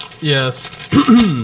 Yes